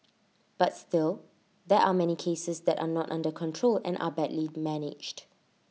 but still there are many cases that are not under control and are badly managed